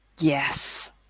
Yes